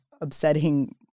upsetting